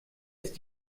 ist